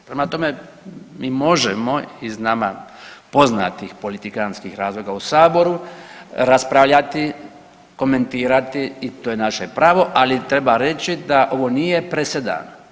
Prema tome, mi možemo iz nama poznatih politikantskih razloga u Saboru raspravljati, komentirati i to je naše pravo, ali treba reći da nije presedan.